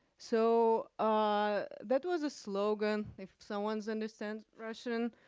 so that was a slogan, if someone's understand russian,